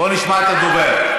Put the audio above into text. בוא נשמע את הדובר.